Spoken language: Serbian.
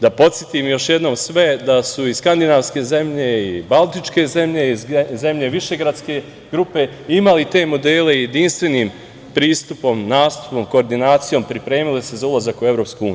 Da podsetim još jednom sve da su Skandinavske zemlje, i Baltičke zemlje imali te modele jedinstvenim pristupom, nastupom, koordinacijom, pripremile se za ulazak u EU.